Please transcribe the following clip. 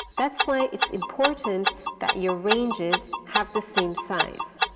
that's why it's important that your ranges have the same size.